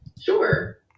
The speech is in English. Sure